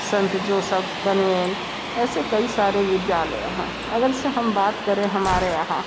संत Joseph Convent ऐसे कई सारे विद्यालय हैं अगर से हम बात करें हमारे यहाँ